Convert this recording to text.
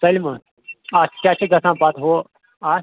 سٲلِم آ اَتھ کیٛاہ چھِ گژھان پَتہٕ ہُہ اَتھ